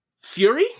Fury